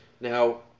now